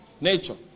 nature